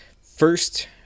First